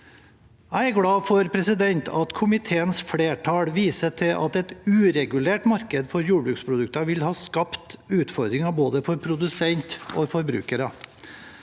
Jeg er glad for at komiteens flertall viser til at et uregulert marked for jordbruksprodukter ville ha skapt utfordringer for både produsenter og forbrukere.